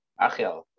Achel